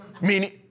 Meaning